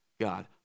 God